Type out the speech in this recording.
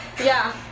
yeah.